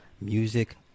music